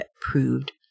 proved